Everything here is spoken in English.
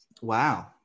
Wow